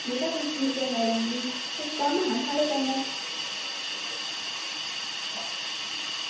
मेरा बी ठीक ऐ मैडम जी इक्क कम्म हा थुआढ़े कन्नै